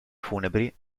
funebri